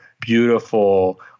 beautiful